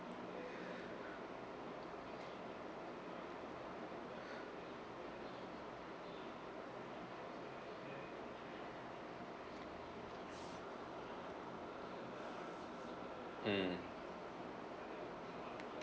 mm